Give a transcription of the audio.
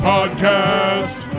Podcast